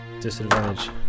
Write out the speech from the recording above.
Disadvantage